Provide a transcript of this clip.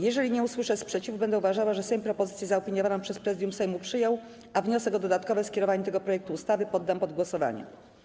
Jeżeli nie usłyszę sprzeciwu, będę uważała, że Sejm propozycję zaopiniowaną przez Prezydium Sejmu przyjął, a wniosek o dodatkowe skierowanie tego projektu ustawy poddam pod głosowanie.